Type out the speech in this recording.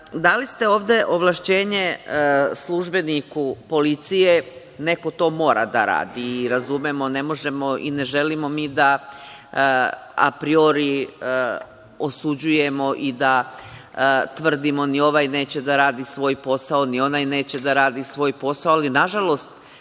god. Dali ste ovde ovlašćenje službeniku policije. Neko to mora da radi i razumemo. Ne možemo i ne želimo mi da apriori osuđujemo i da tvrdimo ni ovaj neće da radi svoj posao, ni onaj neće da radi svoj posao, ali nažalost